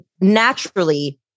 naturally